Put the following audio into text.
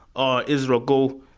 ah israel go,